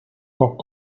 poc